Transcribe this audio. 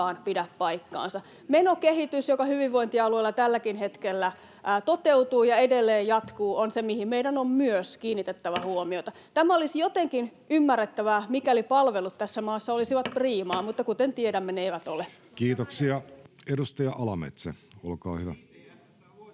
pidä paikkaansa. Menokehitys, joka hyvinvointialueilla tälläkin hetkellä toteutuu ja edelleen jatkuu, on se, mihin meidän on myös kiinnitettävä huomiota. Tämä olisi jotenkin ymmärrettävää, mikäli palvelut tässä maassa olisivat priimaa, mutta kuten tiedämme, ne eivät ole. [Aki Lindén: JTS:ssä on